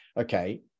okay